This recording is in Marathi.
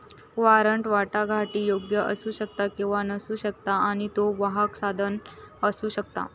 वॉरंट वाटाघाटीयोग्य असू शकता किंवा नसू शकता आणि त्यो वाहक साधन असू शकता